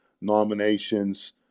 nominations